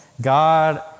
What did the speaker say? God